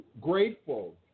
grateful